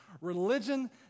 Religion